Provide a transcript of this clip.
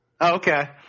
Okay